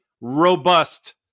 robust